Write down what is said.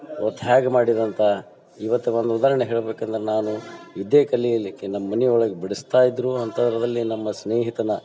ಹೊ ತ್ಯಾಗ ಮಾಡಿದಂಥ ಇವತ್ತು ಒಂದು ಉದಾಹರಣೆ ಹೇಳಬೇಕಂದ್ರೆ ನಾನು ವಿದ್ಯೆ ಕಲಿಯಲಿಕ್ಕೆ ನಮ್ಮ ಮನೆ ಒಳಗೆ ಬಿಡಿಸ್ತಾ ಇದ್ದರು ಅಂಥದ್ದರಲ್ಲಿ ನಮ್ಮ ಸ್ನೇಹಿತನ